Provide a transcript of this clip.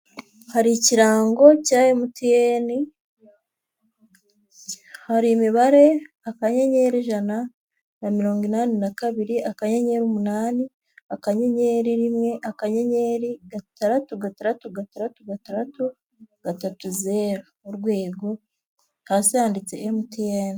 Hari ikirango MTN, hari imibare akanyenyeri ijana na mirongo inani na kabiri akanyenyeri umunani, akanyenyeri rimwe, akanyenyeri gatandatu gataradatu gataratu gatandatu gatatu zeru urwego, hasi handitse MTN.